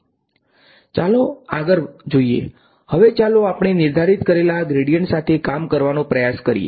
ચાલે આગળ જોઈએ હવે ચાલો આપણે નિર્ધારિત કરેલા આ ગ્રેડીયન્ટ સાથે કામ કરવાનો પ્રયાસ કરીએ